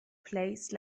place